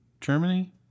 Germany